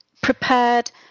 prepared